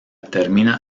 termina